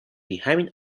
ریهمین